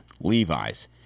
Levi's